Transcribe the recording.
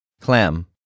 Clam